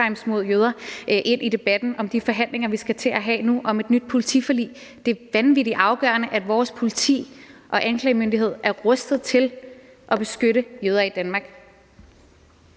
ind i debatten i de forhandlinger, vi skal til at have nu om et nyt politiforlig. Det er vanvittig afgørende, at vores politi og anklagemyndighed er rustet til at beskytte jøder i Danmark.